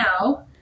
now